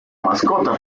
mascota